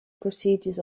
procedures